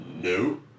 No